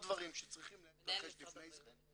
דברים שצריכים להתרחש לפני כן.